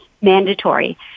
mandatory